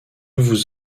vous